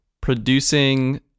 Producing